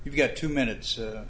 you've got two minutes